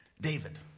David